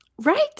Right